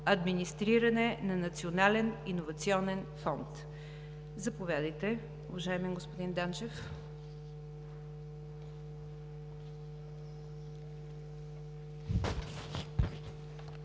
администриране на Национален иновационен фонд. Заповядайте, уважаеми господин Данчев. ДИМИТЪР